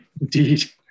Indeed